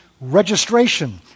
registration